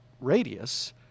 radius